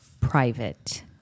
private